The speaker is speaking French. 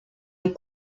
les